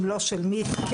אם לא של מי הן?